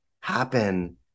happen